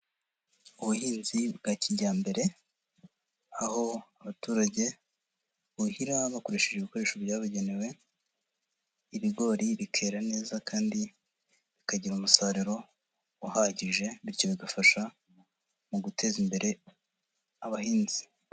Ubuhinzi bwa kijyambere aho abaturage buhira bakoresheje ibikoresho byabugenewe ibigori bikera neza kandi bikagira umusaruro uhagije. Bityo bigafasha mu guteza imbere abahinzi.